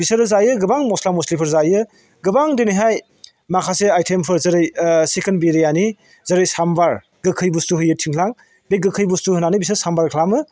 बिसोरो जायो गोबां मस्ला मस्लिफोर जायो गोबां दिनैहाय माखासे आयटेमफोर जेरै सिकेन बिरियानि जेरै सामबार गोखै बुस्थु होयो थिंख्लां बे गोखै बुस्थु होनानै बिसोर सामबार खालामो